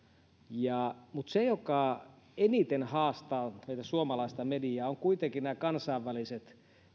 mutta ne jotka eniten haastavat meitä suomalaista mediaa ovat kuitenkin nämä kansainväliset